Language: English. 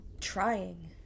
trying